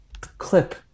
clip